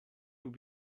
aux